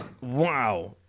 Wow